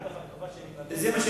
יש כאלו